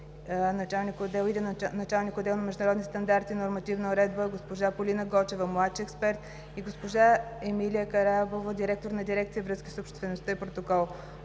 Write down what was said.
началник на отдел „Международни стандарти и нормативна уредба“, госпожа Полина Гочева – младши експерт, и госпожа Емилия Караабова – директор на дирекция „Връзки с обществеността и протокол“;